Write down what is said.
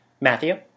Matthew